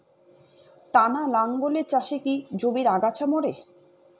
টানা লাঙ্গলের চাষে কি জমির আগাছা মরে?